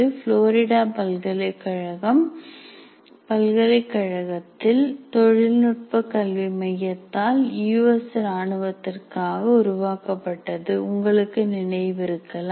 Florida பல்கலைகழகத்தில் தொழில்நுட்ப கல்வி மையத்தால் யுஎஸ் ராணுவத்திற்காக உருவாக்கப்பட்டது உங்களுக்கு நினைவிருக்கலாம்